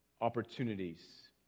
opportunities